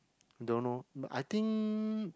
don't know but I think